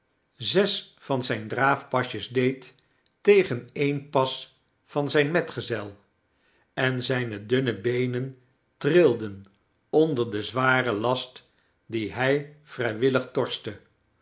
zes van zijne draafpasjes deed tegen een pas van zijn metgezel en zijne dunne beenen trilden onder den zwaren last dien hij vrijwillig torste